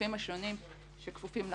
לגופים השונים שכפופים לחוק,